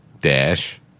dash